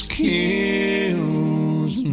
kills